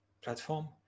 platform